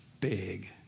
big